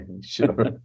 Sure